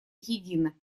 едина